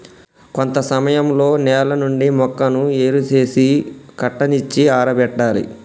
కొంత సమయంలో నేల నుండి మొక్కను ఏరు సేసి కట్టనిచ్చి ఆరబెట్టాలి